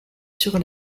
sur